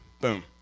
boom